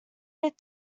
bit